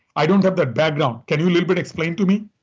i don't have that background. can you little bit explain to me?